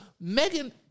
Megan